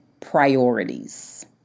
priorities